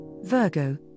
Virgo